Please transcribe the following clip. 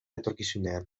etorkizunean